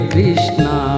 Krishna